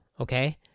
okay